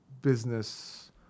business